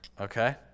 Okay